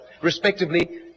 respectively